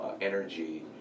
energy